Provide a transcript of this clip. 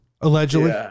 allegedly